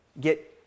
get